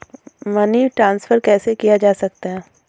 Money transfer कैसे किया जा सकता है?